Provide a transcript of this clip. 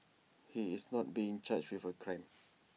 he is not being charged with A crime